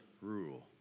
rule